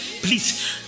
Please